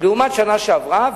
לעומת השנה שעברה?